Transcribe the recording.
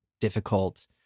difficult